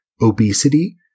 obesity